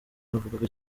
navugaga